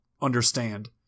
understand